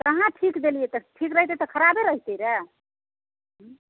कहाँ ठीक देलियै तऽ ठीक दैतियै तऽ खराबे रहितै रऽ